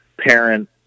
parent